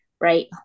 right